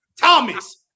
Thomas